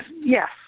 Yes